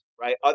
right